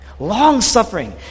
Long-suffering